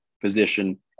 position